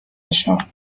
نشان